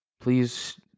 Please